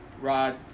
Rod